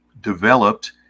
developed